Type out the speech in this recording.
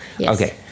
Okay